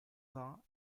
vingt